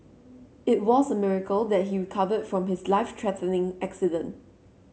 it was a miracle that he recovered from his life threatening accident